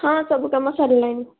ହଁ ସବୁ କାମ ସରିଲାଣି